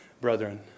brethren